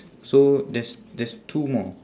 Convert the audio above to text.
so there's there's two more